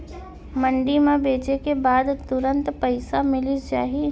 मंडी म बेचे के बाद तुरंत पइसा मिलिस जाही?